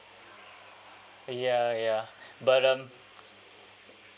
ya ya but um